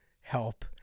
help